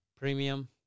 premium